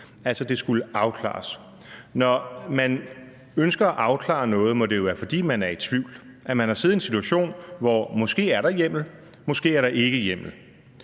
altså det skulle afklares. Når man ønsker at afklare noget, må det jo være, fordi man er i tvivl, altså fordi man har siddet i en situation, hvor der måske er hjemmel, eller måske er der ikke hjemmel.